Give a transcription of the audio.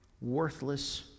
worthless